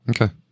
Okay